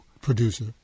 producer